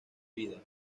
vida